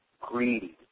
greedy